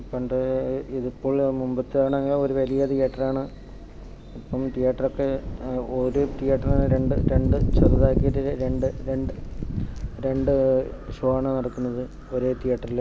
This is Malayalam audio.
പണ്ട് ഇതു ഇപ്പോൾ മുൻപത്തെ ആണെങ്കിൽ ഒരു വലിയ തിയേറ്ററാണ് ഇപ്പം തിയേറ്ററൊക്കെ ഒരു തിയേറ്റർ രണ്ട് രണ്ട് ചെറുതാക്കിയിട്ട് രണ്ട് രണ്ട് രണ്ട് ഷോവാണ് നടക്കുന്നത് ഒരേ തിയേറ്ററിൽ